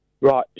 Right